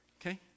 okay